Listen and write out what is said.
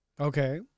Okay